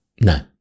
No